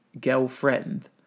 girlfriend